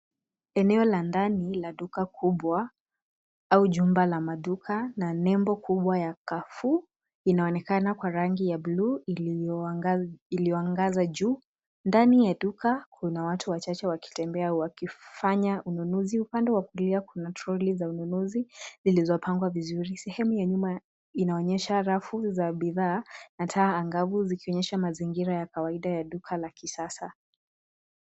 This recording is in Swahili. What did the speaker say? Eneo la ndani la duka kubwa au jumba la maduka na nembo kubwa ya Carrefour inaonekana kwa rangi ya blue iliyoangazwa juu. Ndani ya duka kuna watatu wachache wakitembea wakifanaya ununuzi upande wa kulia kuna troli za ununuzi zilizopangwa vizuri. Sehemu ya nyuma inaonyesha rafu za bidhaa na taa angavu zikionyesha mazingira ya kawaida ya duka la kisasa.